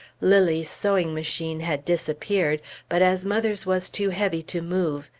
lilly's sewing-machine had disappeared but as mother's was too heavy to move,